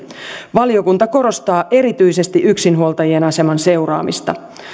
valiokunta korostaa erityisesti yksinhuoltajien aseman seuraamista